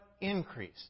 increased